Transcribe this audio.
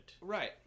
Right